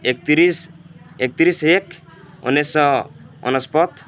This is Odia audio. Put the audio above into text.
ଏକତିରିଶ ଏକତିରିଶ ଏକ ଉନେଇଶ ଅନେସୋତ